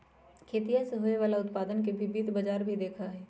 खेतीया से होवे वाला उत्पादन के भी वित्त बाजार ही देखा हई